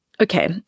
Okay